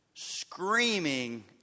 screaming